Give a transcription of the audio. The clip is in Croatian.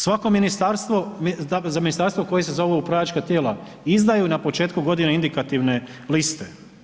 Svako ministarstvo, za ministarstvo koji se zovu upravljačka tijela izdaju na početku godine indikativne liste.